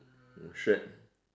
shirt